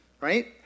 Right